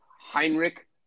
Heinrich